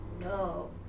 no